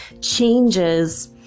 changes